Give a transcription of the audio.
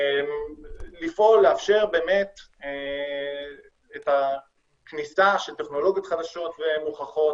לפעול לאפשר באמת את הכניסה של טכנולוגיות חדשות ומוכחות